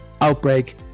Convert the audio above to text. outbreak